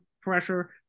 pressure